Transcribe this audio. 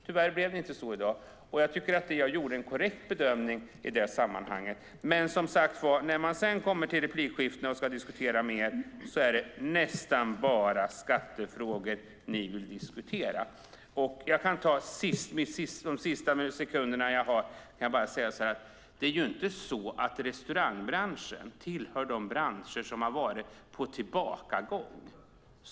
Tyvärr blev det alltså inte så i dag, men jag tycker att jag gjorde en korrekt bedömning i sammanhanget. Men när man sedan kommer till replikskiftena och ska diskutera med er är det som sagt nästan bara skattefrågor ni vill diskutera. De sista sekundernas talartid kan jag ägna åt att säga att restaurangbranschen inte tillhör de branscher som har varit på tillbakagång.